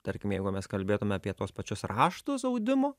tarkim jeigu mes kalbėtume apie tos pačius raštus audimo